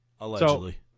Allegedly